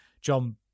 John